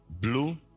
blue